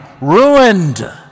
ruined